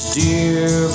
dear